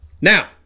Now